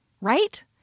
right